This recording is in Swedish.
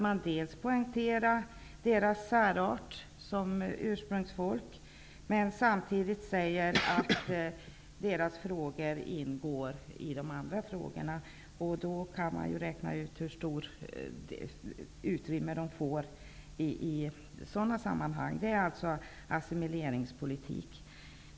Man poängterar samernas särart som ursprungsfolk, samtidigt som man säger att deras frågor ingår i de andra frågorna. Då går det ju att räkna ut hur stort utrymme samerna får. Det rör sig alltså om assimileringspolitik.